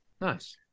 Nice